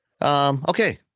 Okay